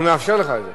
אנחנו נאפשר לך את זה.